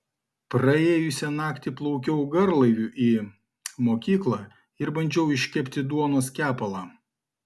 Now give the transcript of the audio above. praėjusią naktį plaukiau garlaiviu į mokyklą ir bandžiau iškepti duonos kepalą